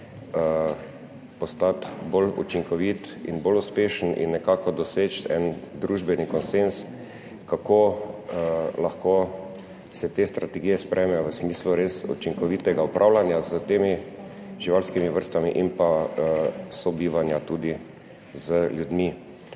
postati bolj učinkovit in bolj uspešen in nekako doseči en družbeni konsenz, kako lahko se te strategije sprejmejo v smislu res učinkovitega upravljanja s temi živalskimi vrstami in pa sobivanja tudi z ljudmi,